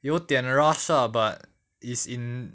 有点 rush ah but is in